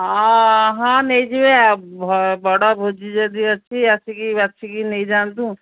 ହଁ ହଁ ନେଇଯିବେ ବଡ଼ ଭୋଜି ଯଦି ଅଛି ଆସିକି ବାଛିିକି ନେଇ ଯାଆନ୍ତୁ